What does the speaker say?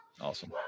awesome